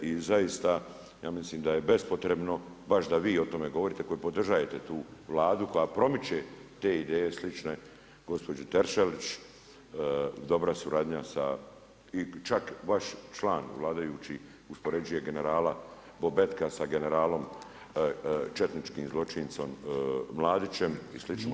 I zaista ja mislim da je bespotrebno baš da vi o tome govorite koji podržajete tu Vladu koja promiče te ideje slične gospođe Teršelić, dobra suradnja sa i čak vaš član vladajući uspoređuje generala Bobetka sa generalom četničkim zločincom Mladićem i sličnima.